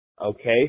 okay